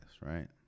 right